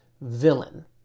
villain